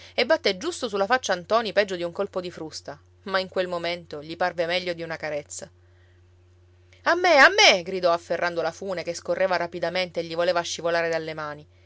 e batté giusto sulla faccia a ntoni peggio di un colpo di frusta ma in quel momento gli parve meglio di una carezza a me a me gridò afferrando la fune che scorreva rapidamente e gli voleva scivolare dalle mani